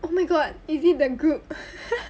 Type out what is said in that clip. oh my god is it the group